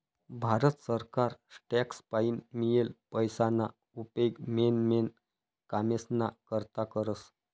भारत सरकार टॅक्स पाईन मियेल पैसाना उपेग मेन मेन कामेस्ना करता करस